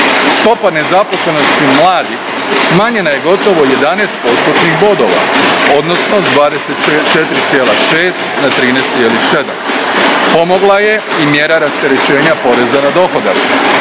Stopa nezaposlenosti mladih smanjena je gotovo 11 postotnih bodova, odnosno s 24,6% na 13,7%. Pomogla je i mjera rasterećenja poreza na dohodak.